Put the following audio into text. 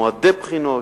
שנוגעות למועדי בחינות,